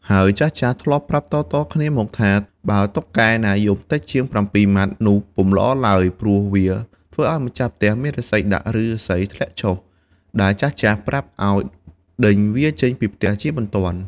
ហើយចាស់ៗ ធ្លាប់ប្រាប់តៗគ្នាមកថា បើតុកកែណាយំតិចជាង ៧ ម៉ាត់ នោះពុំល្អឡើយ ព្រោះវាធ្វើឲ្យម្ចាស់ផ្ទះមានរាសីដាក់ ឬរាសីធ្លាក់ចុះ ដែលចាស់ៗ ប្រាប់ឱ្យដេញវាចេញពីផ្ទះជាបន្ទាន់។